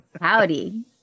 Howdy